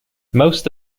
most